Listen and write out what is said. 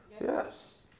Yes